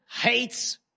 hates